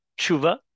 tshuva